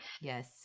Yes